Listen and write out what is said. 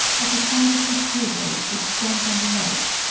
at the side of this table, which stands on the right,